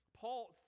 Paul